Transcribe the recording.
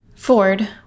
Ford